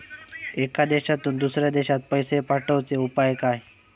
एका देशातून दुसऱ्या देशात पैसे पाठवचे उपाय काय?